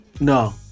No